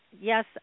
yes